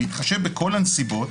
בהתחשב בכל הנסיבות,